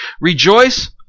Rejoice